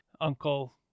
uncle